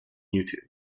youtube